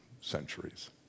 centuries